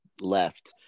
left